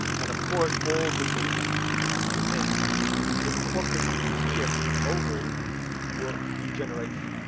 and of course all good things have to come to an end the corpus luteum in the ovary will degenerate